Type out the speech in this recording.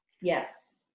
Yes